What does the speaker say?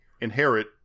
inherit